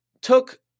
took